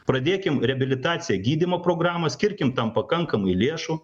pradėkim reabilitaciją gydymo programą skirkim tam pakankamai lėšų